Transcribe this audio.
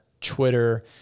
Twitter